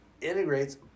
integrates